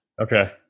Okay